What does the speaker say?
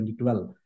2012